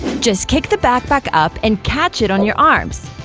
just kick the backpack up and catch it on your arms,